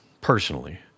personally